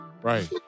Right